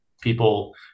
people